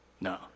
No